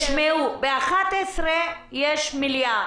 ב-11:00 יש מליאה